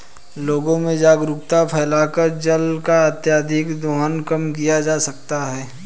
लोगों में जागरूकता फैलाकर जल का अत्यधिक दोहन कम किया जा सकता है